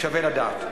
שווה לדעת.